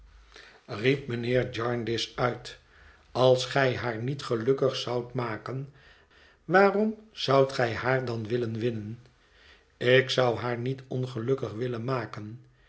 riep mijnheer jarndyce uit als gij haar niet gelukkig zoudt maken waarom zoudt gij haar dan willen winnen ik zou haar niet ongelukkig willen maken